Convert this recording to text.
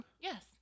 Yes